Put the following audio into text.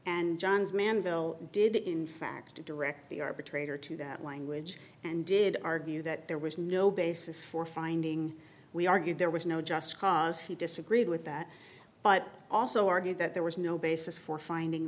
and johns manville did in fact direct the arbitrator to that language and did argue that there was no basis for finding we argued there was no just because he disagreed with that but also argued that there was no basis for finding